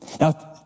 Now